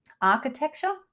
Architecture